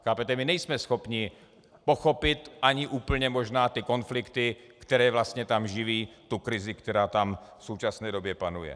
Chápete, my nejsme schopni pochopit ani úplně možná ty konflikty, které tam vlastně živí krizi, která tam v současné době panuje.